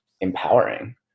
empowering